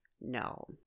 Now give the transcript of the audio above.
No